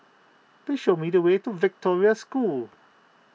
please show me the way to Victoria School